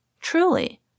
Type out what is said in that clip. Truly